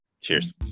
Cheers